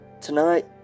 tonight